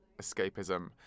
escapism